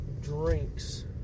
drinks